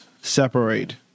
separate